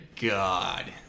god